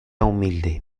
humilde